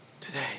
today